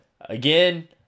Again